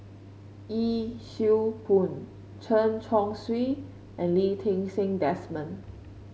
Yee Siew Pun Chen Chong Swee and Lee Ti Seng Desmond